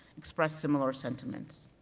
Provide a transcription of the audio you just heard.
expressed similar sentiments.